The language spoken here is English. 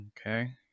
Okay